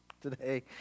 today